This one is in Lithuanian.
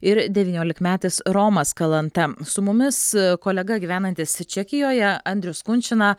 ir devyniolikmetis romas kalanta su mumis kolega gyvenantis čekijoje andrius kunčina